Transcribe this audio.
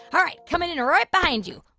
all right. coming in right behind you